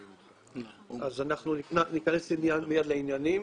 אז אנחנו ניכנס מיד לעניינים,